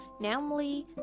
namely